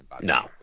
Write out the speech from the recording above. no